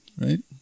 right